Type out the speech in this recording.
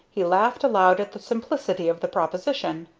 he laughed aloud at the simplicity of the proposition.